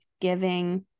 giving